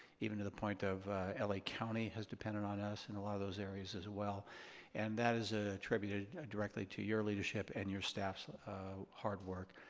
even to the point of and la county has depended on us in a lot of those areas as well and that is ah attributed directly to your leadership and your staff's hard work.